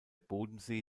bodensee